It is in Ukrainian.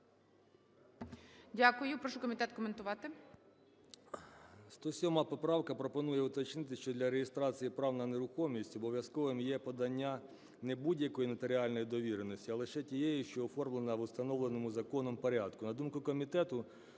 Дякую. Прошу комітет коментувати.